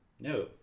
No